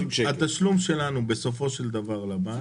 התשלום שלנו בסופו של דבר לבנק